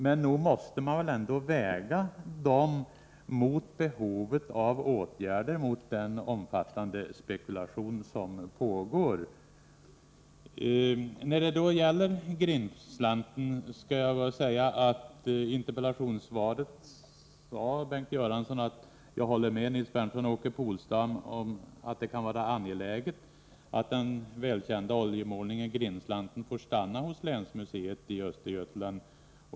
Men nog måste man väl ändå väga dessa svårigheter mot behovet av åtgärder för att förhindra den omfattande spekulation som pågår. Då det gäller Grindslanten vill jag påpeka, att i interpellationssvaret säger Bengt Göransson att han håller med mig och Åke Polstam om att det kan vara angeläget att den välkända oljemålningen Grindslanten får stanna hos länsmuseet i Östergötland.